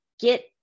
get